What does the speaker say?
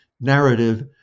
narrative